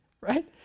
right